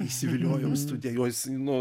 įsiviliojau į studiją jo jis nu